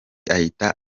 ahita